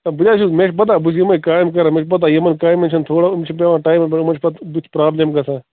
ہَے بہٕ تہِ حظ چھُس مےٚ چھِ پَتاہ بہٕ یِمَے کامہِ کَران مےٚ چھِ پَتاہ یِمَن کامٮ۪ن چھِنہٕ تھوڑا یِم چھِ پٮ۪وان ٹایمہٕ برٛونٛہہ یِمَن چھِ پَتہٕ بُتھِ پرٛابلِم گژھان